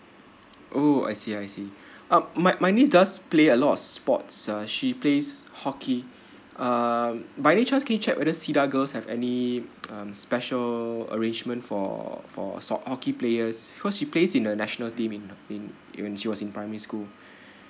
oh I see I see uh my my niece does play a lot of sports ah she plays hockey uh by any chance can you check whether cedar girls' have any um special arrangement for for soc~ hockey players cause she plays in the national team in in in when she was in primary school